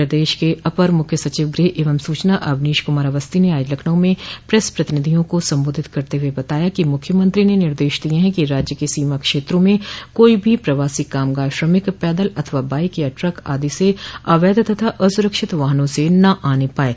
प्रदेश के अपर मुख्य सचिव गृह एवं सूचना अवनीश कुमार अवस्थी ने आज लखनऊ में प्रेस प्रतिनिधियों को सम्बोधित करते हुए बताया कि मुख्यमंत्री ने निर्देश दिये हैं कि राज्य के सीमा क्षेत्रों में कोई भी प्रवासी कामगार श्रमिक पैदल अथवा बाइक या ट्रक आदि से अवैध तथा अस्रक्षित वाहनों से न आने पायें